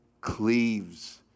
cleaves